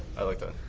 i liked it.